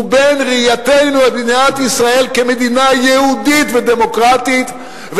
ובין ראייתנו את מדינת ישראל כמדינה יהודית ודמוקרטית,